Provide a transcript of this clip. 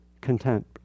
content